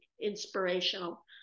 inspirational